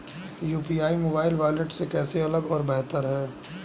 UPI mobile wallet से कैसे अलग और बेहतर है?